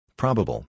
probable